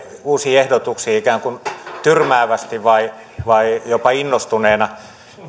uusiin ehdotuksiin ikään kuin tyrmäävästi vai vai jopa innostuneena